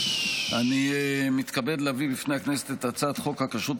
אני מתכבד להביא בפני הכנסת את הצעת חוק הכשרות